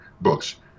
books